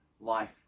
life